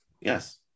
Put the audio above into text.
Yes